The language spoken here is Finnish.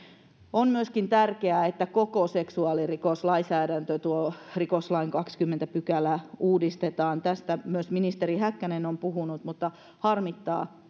on tärkeää että koko seksuaalirikoslainsäädäntö tuo rikoslain kahdeskymmenes pykälä uudistetaan tästä myös ministeri häkkänen on puhunut mutta harmittaa